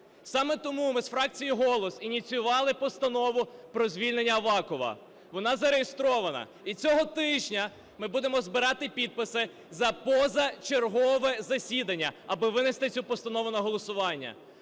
Саме тому ми з фракцією "Голос" ініціювали Постанову про звільнення Авакова, вона зареєстрована. І цього тижня будемо ми будемо збирати підписи за позачергове засідання, аби винести цю постанову на голосування.